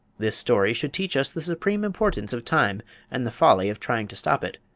this story should teach us the supreme importance of time and the folly of trying to stop it.